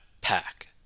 pack